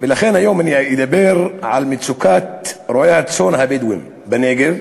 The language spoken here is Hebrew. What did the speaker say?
ולכן היום אני אדבר על מצוקת רועי הצאן הבדואים בנגב.